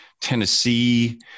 Tennessee